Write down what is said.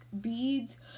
beads